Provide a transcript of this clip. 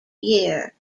year